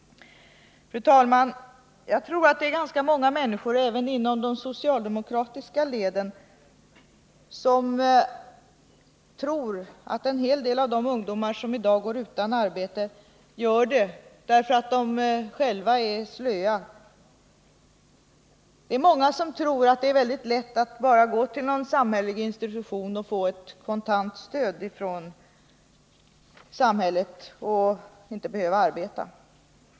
Fru talman! Jag tror att det är ganska många människor, även inom de socialdemokratiska leden, som menar att en hel del av de ungdomar som i dag går utan arbete gör det därför att de själva är slöa. Det är många som tror att det är mycket lätt att bara gå till någon samhällelig institution och få ett kontantstöd från Samhället och inte behöva arbete.